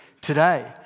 today